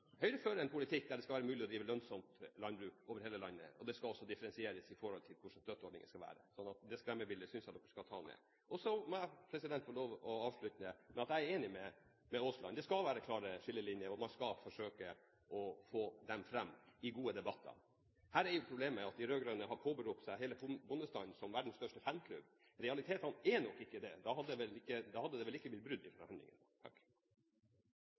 Høyre fører en politikk som gjør at det skal være mulig å drive lønnsomt landbruk over hele landet, og det skal også differensieres med tanke på hvordan støtteordningene skal være. Så det skremselsbildet synes jeg at dere skal ta ned. Så må jeg få lov til å avslutte med å si at jeg er enig med representanten Aasland. Det skal være klare skillelinjer, og man skal forsøke å få dem fram i gode debatter. Her er problemet at de rød-grønne har påberopt seg hele bondestanden som verdens største fanklubb. Realitetene er nok ikke sånn – da hadde det vel ikke blitt brudd i